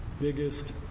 biggest